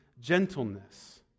gentleness